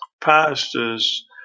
pastors